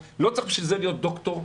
אף אחד לא מגיע לתרום בגיל 40,